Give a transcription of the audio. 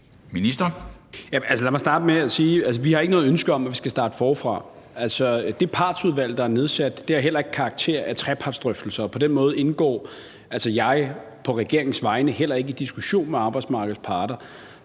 har noget ønske om, at vi skal starte forfra. Det partsudvalg, der er nedsat, har heller ikke karakter af trepartsdrøftelser, og på den måde indgår jeg på regeringens vegne heller ikke i diskussionen med arbejdsmarkedets parter.